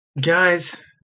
Guys